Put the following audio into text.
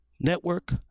Network